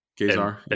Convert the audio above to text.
Kazar